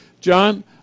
John